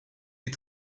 est